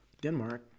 Denmark